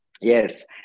Yes